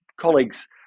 colleagues